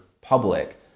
public